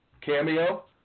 Cameo